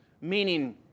meaning